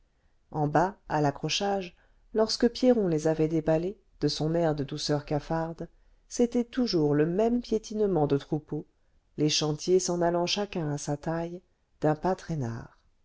en bas à l'accrochage lorsque pierron les avait déballés de son air de douceur cafarde c'était toujours le même piétinement de troupeau les chantiers s'en allant chacun à sa taille d'un pas traînard